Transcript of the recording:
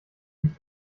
sich